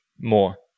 more